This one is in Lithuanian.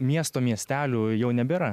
miesto miestelių jau nebėra